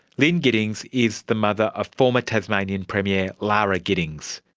lynne giddings is the mother of former tasmanian premier lara giddings.